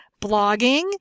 blogging